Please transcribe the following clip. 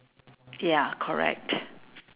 ya correct